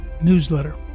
newsletter